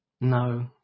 No